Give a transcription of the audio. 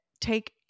Take